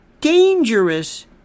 dangerous